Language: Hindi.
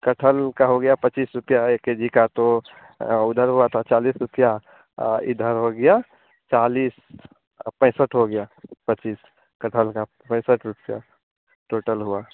कटहल का हो गया पच्चीस रुपया एक के जी का तो उधर हुआ था चालीस रुपया और इधर हो गया चालीस पैँसठ हो गया पच्चीस कटहल का पैँसठ रुपया टोटल हुआ